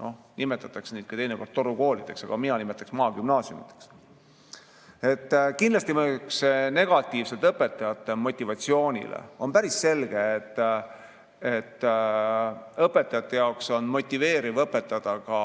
nüüd nimetatakse teinekord torukoolideks, aga mina nimetan neid maagümnaasiumideks. Kindlasti mõjuks see negatiivselt õpetajate motivatsioonile. On päris selge, et õpetajate jaoks on motiveeriv õpetada ka